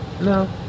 no